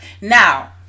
now